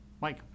Mike